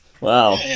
Wow